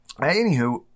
Anywho